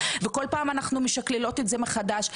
כל פעם אנחנו משקללות את זה מחדש.